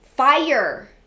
Fire